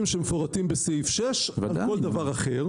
שמפורטים בסעיף 6 או כול דבר אחר.